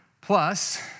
Plus